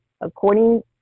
according